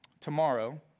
tomorrow